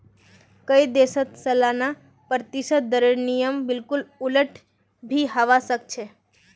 कई देशत सालाना प्रतिशत दरेर नियम बिल्कुल उलट भी हवा सक छे